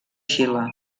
xile